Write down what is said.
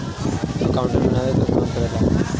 accountant बनावे क काम करेला